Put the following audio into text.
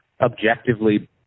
objectively